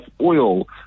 oil